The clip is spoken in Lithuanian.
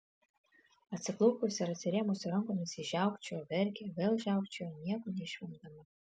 atsiklaupusi ir atsirėmusi rankomis ji žiaukčiojo verkė vėl žiaukčiojo nieko neišvemdama